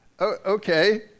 okay